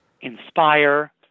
inspire